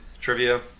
trivia